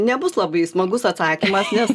nebus labai smagus atsakymas nes